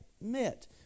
met